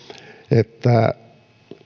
että